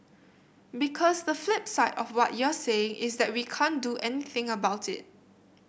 because the flip side of what you're saying is that we can't do anything about it